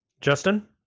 Justin